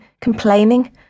complaining